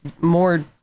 more